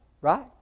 right